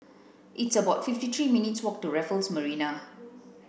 it's about fifty three minutes' walk to Raffles Marina